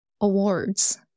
awards